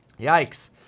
Yikes